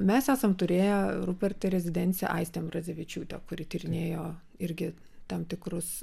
mes esam turėję rupero rezidencijoj aistę ambrazevičiūtę kuri tyrinėjo irgi tam tikrus